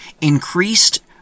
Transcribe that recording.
increased